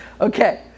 Okay